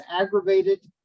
aggravated